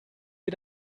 wie